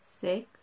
six